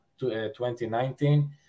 2019